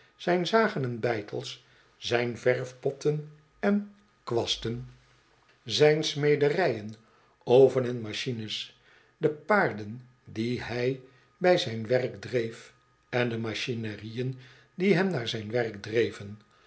zijn zagen en beitels zijn verfpotten en kwasten zijn smederijen ovens en machines de paarden die hij bij zijn werk dreef en de machinerieën die hem naar zijn werk dreven